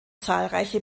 zahlreiche